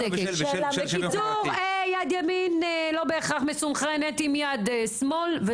בקיצור יד ימין לא מסונכרנת עם יד שמאל.